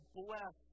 bless